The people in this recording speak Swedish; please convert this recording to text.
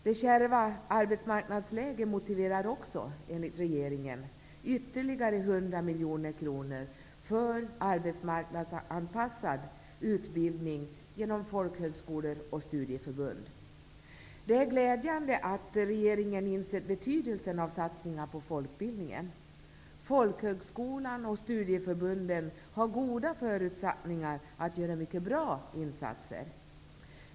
Det kärva arbetsmarknadsläget motiverar också enligt regeringen ytterligare 100 miljoner kronor för arbetsmarknadsanpassad utbildning genom folkhögskolor och studieförbund. Det är glädjande att regeringen har insett betydelsen av satsningar på folkbildningen. Folkhögskolan och studieförbunden har goda förutsättningar att göra mycket bra insatser.